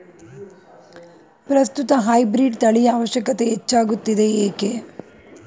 ಪ್ರಸ್ತುತ ಹೈಬ್ರೀಡ್ ತಳಿಯ ಅವಶ್ಯಕತೆ ಹೆಚ್ಚಾಗುತ್ತಿದೆ ಏಕೆ?